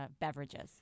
beverages